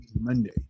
Monday